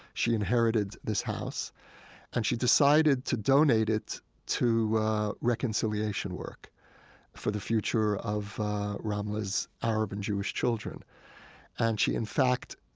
she inherited this house and she decided to donate it to reconciliation work for the future of ramle's arab and jewish children and she, in fact,